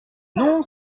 non